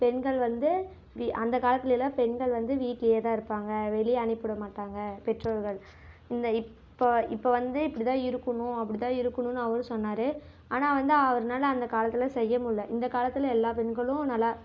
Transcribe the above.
பெண்கள் வந்து அந்த காலத்துலேயல்லாம் பெண்கள் வந்து வீட்டிலயே தான் இருப்பாங்கள் வெளியே அனுப்பி விட மாட்டாங்கள் பெற்றோர்கள் இந்த இப் இப்போ வந்து இப்படி தான் இருக்கணும் அப்படி தான் இருக்கணும்னு அவரும் சொன்னார் ஆனால் வந்து அவருனால் அந்த காலத்தில் செய்ய முடியலை இந்த காலத்தில் எல்லா பெண்களும் நல்லா